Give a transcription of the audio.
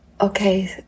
okay